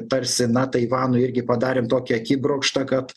tarsi na taivanui irgi padarėm tokį akibrokštą kad